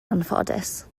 anffodus